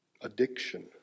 addiction